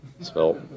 Spelt